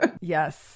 Yes